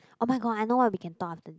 oh-my-god I know what we can talk after this